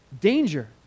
Danger